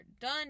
done